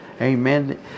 amen